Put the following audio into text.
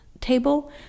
table